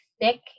thick